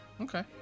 Okay